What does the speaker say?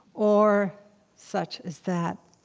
or such as that.